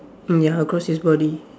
ya across his body